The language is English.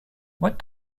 what